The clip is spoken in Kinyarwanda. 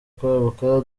kwaguka